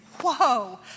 whoa